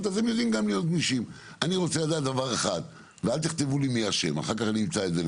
ואני מקווה שעד אז נוכל להדביק את הפער בגיוס כוח אדם.